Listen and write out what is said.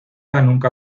nunca